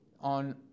on